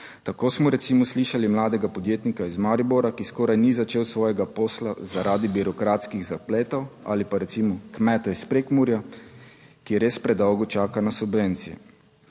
Tako smo recimo slišali mladega podjetnika iz Maribora, ki skoraj ni začel svojega posla zaradi birokratskih zapletov, ali pa recimo kmeta iz Prekmurja, 17. TRAK: (TB) - 11.20 (nadaljevanje)